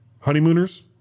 Honeymooners